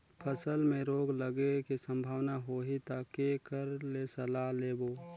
फसल मे रोग लगे के संभावना होही ता के कर ले सलाह लेबो?